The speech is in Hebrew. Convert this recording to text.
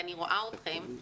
אני רואה אתכם.